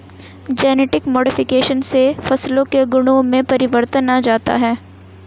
genetic modification से फसलों के गुणों में परिवर्तन आ जाता है